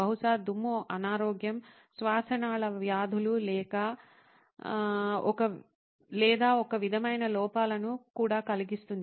బహుశా దుమ్ము అనారోగ్యం శ్వాసనాళ వ్యాధులు లేదా ఒక విధమైన లోపాలను కూడా కలిగిస్తుంది